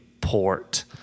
port